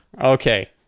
okay